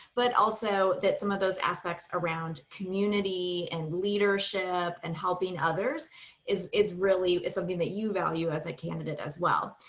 but also that some of those aspects around community and leadership and helping others is is really something that you value as a candidate as well.